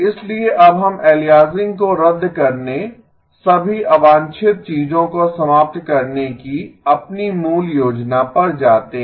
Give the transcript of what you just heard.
इसलिए अब हम अलियासिंग को रद्द करने सभी अवांछित चीजों को समाप्त करने की अपनी मूल योजना पर जातें हैं